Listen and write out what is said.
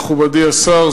מכובדי השר,